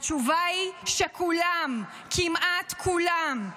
התשובה היא שכולם, כמעט כולם.